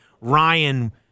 Ryan –